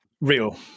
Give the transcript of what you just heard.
real